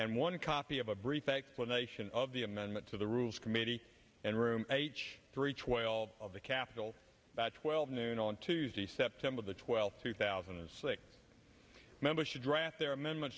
and one copy of a brief explanation of the amendment to the rules committee and room h three twelve of the capital twelve noon on tuesday september the twelfth two thousand and six members should draft their amendment